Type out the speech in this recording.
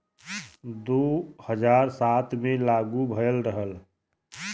दू हज़ार सात मे लागू भएल रहल